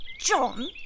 John